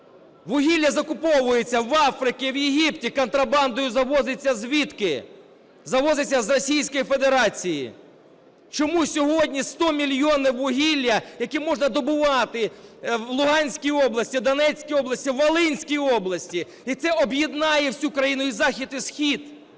Вугілля закуповується в Африці, в Єгипті. Контрабандою завозиться звідки? Завозиться з Російської Федерації. Чому сьогодні 100 мільйонів вугілля, яке можна добувати в Луганській області, в Донецькій області, в Волинській області, і це об'єднаю всю країну, і захід, і схід,